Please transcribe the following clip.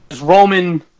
Roman